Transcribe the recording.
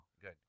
Good